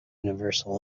universal